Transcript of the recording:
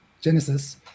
Genesis